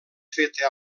feta